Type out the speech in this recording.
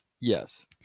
Yes